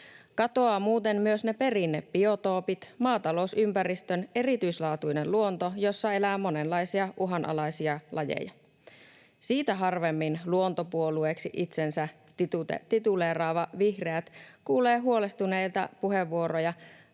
Katoavat muuten myös ne perinnebiotoopit, maatalousympäristön erityislaatuinen luonto, jossa elää monenlaisia uhanalaisia lajeja. Siitä harvemmin kuulee huolestuneita puheenvuoroja